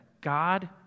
God